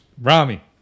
Rami